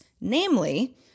Namely